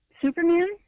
Superman